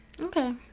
Okay